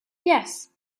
yes